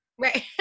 Right